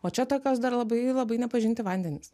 o čia tokios dar labai labai nepažinti vandenys